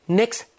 next